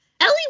Ellie